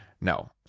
no